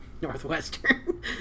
Northwestern